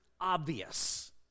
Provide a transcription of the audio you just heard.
obvious